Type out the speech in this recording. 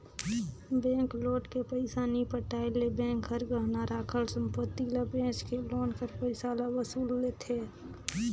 bank loan के पइसा नी पटाए ले बेंक हर गहना राखल संपत्ति ल बेंच के लोन कर पइसा ल वसूल लेथे